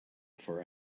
for